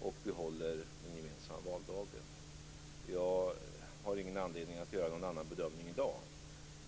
och behåller den gemensamma valdagen. Jag har ingen anledning att göra någon annan bedömning i dag.